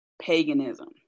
Paganism